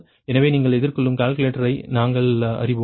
எனவே நீங்கள் எதிர்கொள்ளும் கால்குலேட்டரை நாங்கள் அறிவோம்